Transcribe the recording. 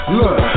Look